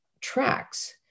tracks